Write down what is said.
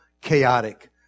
chaotic